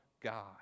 God